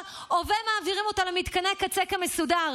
או/ו מעבירים אותה למתקני קצה באופן מסודר.